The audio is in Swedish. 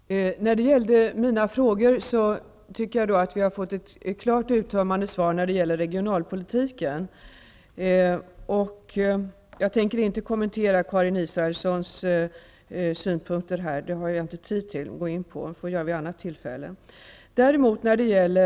Herr talman! När det gäller mina frågor tycker jag att vi har fått ett klart och uttömmande svar beträffande regionalpolitiken. Jag tänker inte kommentera Karin Israelssons synpunkter -- dessa har jag inte tid att gå in på nu, utan jag får göra det vid ett annat tillfälle.